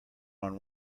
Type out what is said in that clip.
one